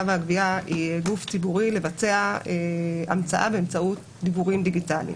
והגבייה היא גוף ציבורי לבצע המצאה באמצעות דיוורים דיגיטליים.